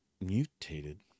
mutated